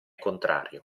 contrario